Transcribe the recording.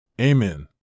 Amen